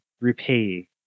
repay